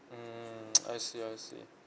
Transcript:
mmhmm I see I see